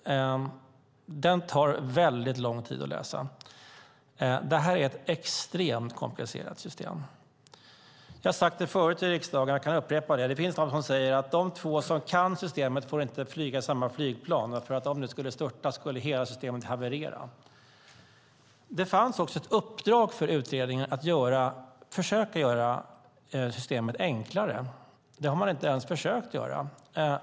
Den tar väldigt lång tid att läsa. Det är ett extremt komplicerat system. Jag har sagt det förut i riksdagen och kan upprepa det: Det finns de som säger att de två personer som kan systemet inte får flyga med samma flygplan, för om det skulle störta skulle hela systemet haverera. Det fanns också ett uppdrag för utredningen att försöka göra systemet enklare, men det har man inte ens försökt göra.